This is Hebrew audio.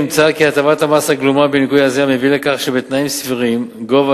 נמצא כי הטבת המס הגלומה בניכוי האזילה מביאה לכך שבתנאים סבירים גובה